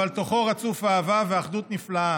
אבל תוכו רצוף אהבה ואחדות נפלאה,